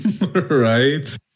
Right